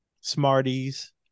Smarties